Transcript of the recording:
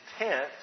intent